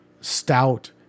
stout